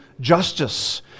justice